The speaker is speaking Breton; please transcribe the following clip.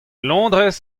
londrez